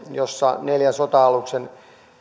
jossa neljän sota aluksen